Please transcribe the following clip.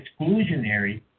exclusionary